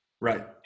Right